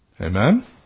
Amen